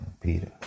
Peter